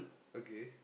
okay